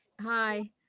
Hi